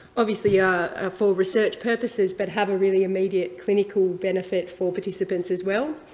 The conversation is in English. obviously, are ah for research purposes, but have a really immediate clinical benefit for participants as well.